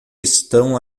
estão